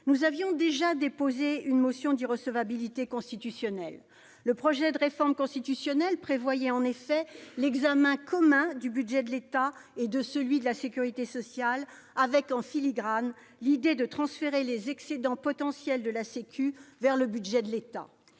nous avions déjà déposé une motion d'irrecevabilité constitutionnelle. Le projet de réforme constitutionnelle prévoyait, en effet, l'examen commun du budget de l'État et de celui de la sécurité sociale avec, en filigrane, l'idée de transférer les excédents potentiels de la sécurité sociale vers le budget de l'État.